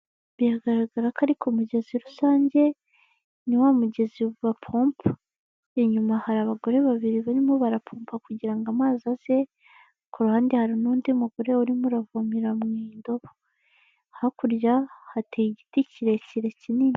Biragaragara ko ari ku mugezi rusange, ni wa mugezi bapompa, inyuma hari abagore babiri barimo barapompa kugira ngo amazi aze, ku ruhande hari n'undi mugore urimo uravomera mu indobo, hakurya hateye igiti kirekire kinini.